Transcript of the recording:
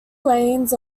lanes